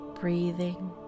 Breathing